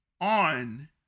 on